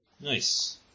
Nice